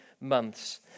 months